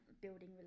building